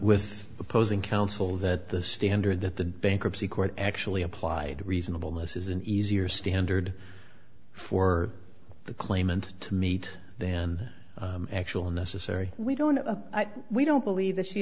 with opposing counsel that the standard that the bankruptcy court actually applied reasonable most is an easier standard for the claimant to meet then actual necessary we don't we don't believe that she